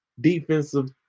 defensive